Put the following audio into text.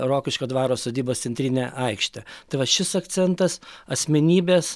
rokiškio dvaro sodybos centrinę aikštę tai va šis akcentas asmenybės